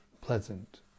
pleasant